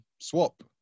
swap